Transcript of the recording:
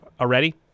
already